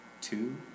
two